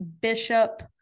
Bishop